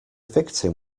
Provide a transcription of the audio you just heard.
victim